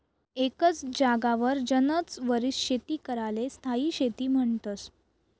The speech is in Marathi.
एकच जागावर गनच वरीस शेती कराले स्थायी शेती म्हन्तस